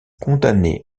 condamné